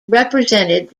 represented